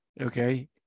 okay